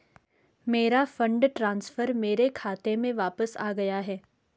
मेरा fund transfer मेरे खाते में वापस आ गया है